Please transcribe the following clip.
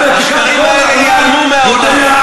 כמה, השקרים האלה ייעלמו מהעולם.